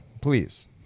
please